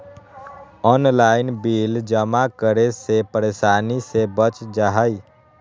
Online bill जमा करे से परेशानी से बच जाहई?